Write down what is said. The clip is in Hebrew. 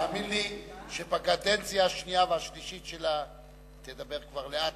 תאמין לי שבקדנציה השנייה ובקדנציה השלישית שלה היא תדבר כבר לאט-לאט.